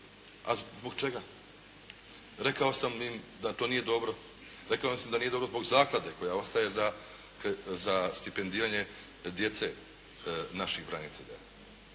A zbog čega? Rekao sam im da to nije dobro. Rekao sam im da nije dobro zbog zaklade koja ostaje za stipendiranje djece naših branitelja.